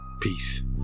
Peace